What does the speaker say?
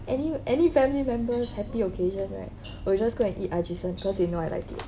any any family members happy occasion right we'll just go and eat Ajisen cause they know I like it